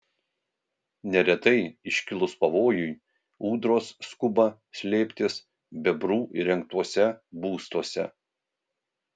neretai iškilus pavojui ūdros skuba slėptis bebrų įrengtuose būstuose